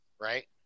right